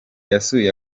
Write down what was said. yasuye